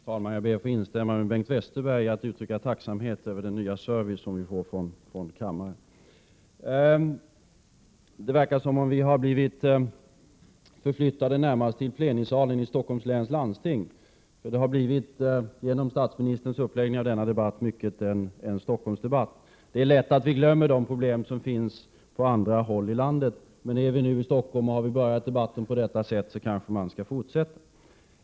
Herr talman! Jag ber att få instämma med Bengt Westerberg när det gäller att uttrycka tacksamhet över den nya service som vi får från kammaren. Det verkar som om vi blivit förflyttade närmast till plenisalen i Stockholms läns landsting, och det har genom statsministerns uppläggning av denna debatt blivit mycket av en Stockholmsdebatt. Det är lätt att vi glömmer de problem som finns på andra håll i landet, men är vi nu i Stockholm och har vi börjat debatten på detta sätt kanske vi skall fortsätta.